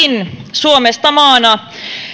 suomesta maana